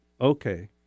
Okay